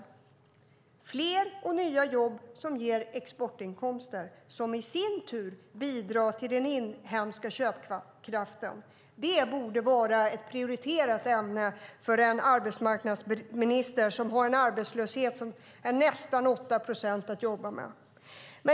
Det ger fler och nya jobb som ger exportinkomster, som i sin tur bidrar till den inhemska köpkraften. Det borde vara ett prioriterat ämne för en arbetsmarknadsminister som har en arbetslöshet på nästan 8 procent att jobba med.